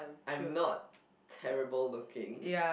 I'm not terrible looking